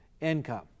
income